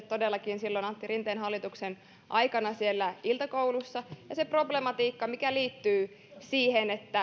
todellakin antti rinteen hallituksen aikana siellä iltakoulussa se problematiikka liittyy siihen